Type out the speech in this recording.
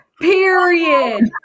Period